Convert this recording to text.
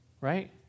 Right